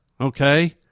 Okay